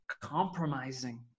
compromising